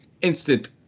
instant